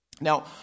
Now